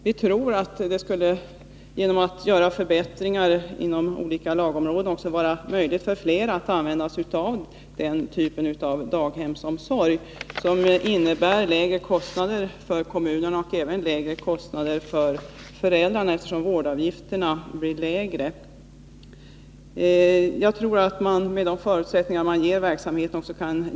Vi tror att det genom förbättringar inom olika lagområden också skulle kunna bli möjligt för flera att använda sig av den typen av daghemsomsorg, som innebär lägre kostnader för kommunerna och även för föräldrarna, eftersom vårdavgifterna blir lägre. Jag tror att resultatet blir efter de förutsättningar som man ger verksamheten.